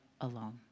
alone